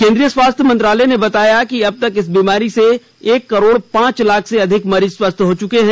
केन्द्रीय स्वास्थ्य मंत्रालय ने बताया कि अब तक इस बीमारी से एक करोड़ पांच लाखे से अधिक मरीज स्वस्थ हो चुके हैं